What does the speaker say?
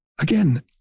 Again